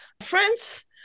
France